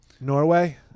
Norway